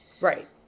Right